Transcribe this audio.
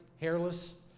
hairless